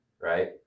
right